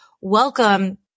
welcome